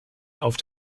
auf